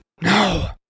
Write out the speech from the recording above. No